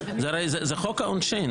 הרי זה חוק העונשין,